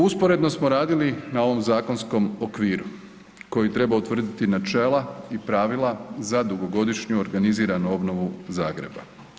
Usporedno smo radili na ovom zakonskom okviru koji treba utvrditi načela i pravila za dugogodišnju organiziranu obnovu Zagreba.